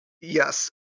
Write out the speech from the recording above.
Yes